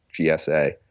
GSA